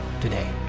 today